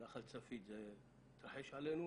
נחל צפית התרחש עלינו.